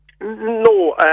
No